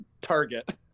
target